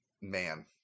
man